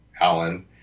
Alan